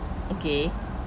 okay